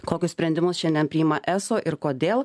kokius sprendimus šiandien priima eso ir kodėl